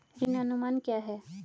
ऋण अनुमान क्या है?